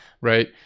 right